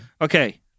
Okay